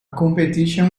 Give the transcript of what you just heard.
competition